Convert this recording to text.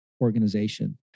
organization